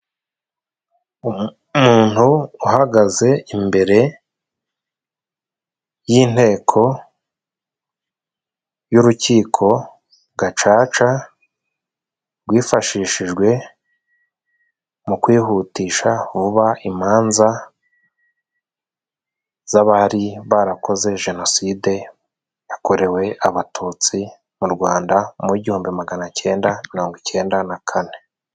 Umuntu uhagaze imbere y'inteko y'urukiko gacaca, rwifashishijwe mu kwihutisha vuba imanza, z'abari barakoze jenoside yakorewe abatutsi mu rwanda, mu igihumbi magana cyenda mirongo icyenda na kane.